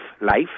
life